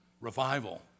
Revival